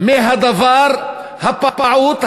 נסוג מהדבר הפעוט,